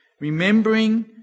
Remembering